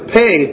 pay